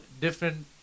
different